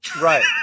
right